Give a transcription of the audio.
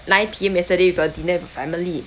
nine P_M yesterday with your dinner with your family